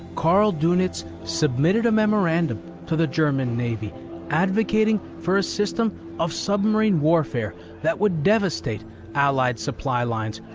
karl donitz, submitted a memorandum to the german navy advocating for a system of submarine warfare that would devastate allied supply lines,